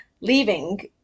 leaving